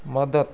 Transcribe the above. मदत